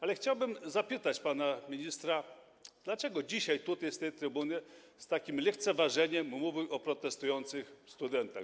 Ale chciałbym zapytać pana ministra, dlaczego dzisiaj tutaj z tej trybuny z takim lekceważeniem mówił o protestujących studentach.